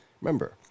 Remember